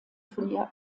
turnier